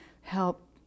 help